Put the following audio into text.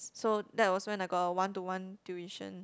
so that was when I got a one to one tuition